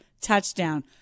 touchdown